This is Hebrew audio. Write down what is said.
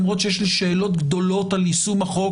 למרות שיש לי שאלות גדולות על יישום החוק,